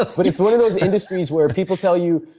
ah but, it's one of those industries where people tell you,